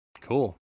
Cool